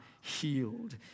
healed